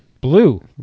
Blue